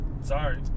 sorry